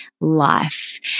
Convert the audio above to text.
life